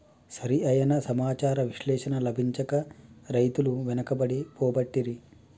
సరి అయిన సమాచార విశ్లేషణ లభించక రైతులు వెనుకబడి పోబట్టిరి